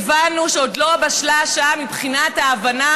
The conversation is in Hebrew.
הבנו שעוד לא בשלה השעה מבחינת ההבנה